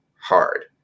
hard